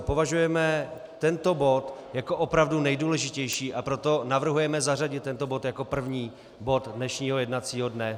Považujeme tento bod jako opravdu nejdůležitější, a proto navrhujeme zařadit tento bod jako první bod dnešního jednacího dne.